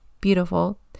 beautiful